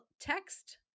text